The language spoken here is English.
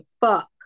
fuck